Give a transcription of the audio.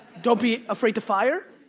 don't be afraid to fire?